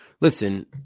listen